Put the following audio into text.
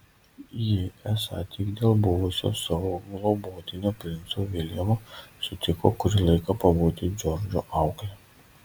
ji esą tik dėl buvusio savo globotinio princo viljamo sutiko kurį laiką pabūti džordžo aukle